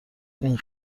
این